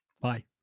Bye